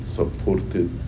supported